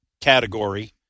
category